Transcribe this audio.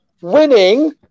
winning